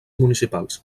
municipals